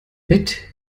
bett